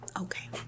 okay